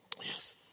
Yes